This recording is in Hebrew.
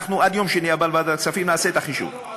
ביום שני הבא בוועדת כספים נעשה את החישוב.